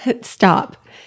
stop